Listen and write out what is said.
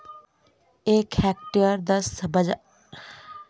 एक हेक्टेयर दस हजार बर्ग मीटर के बराबर होइत अछि